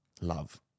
Love